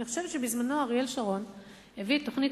אני חושבת שבזמנו אריאל שרון הביא את תוכנית